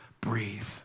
Breathe